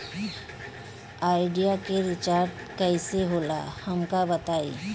Idea के recharge कईसे होला हमका बताई?